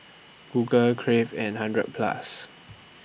Google Crave and hundred Plus